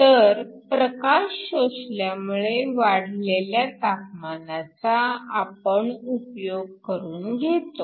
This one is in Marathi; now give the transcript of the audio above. तर प्रकाश शोषल्यामुळे वाढलेल्या तापमानाचा आपण उपयोग करून घेतो